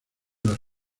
las